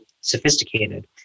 sophisticated